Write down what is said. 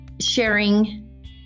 sharing